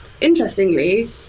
Interestingly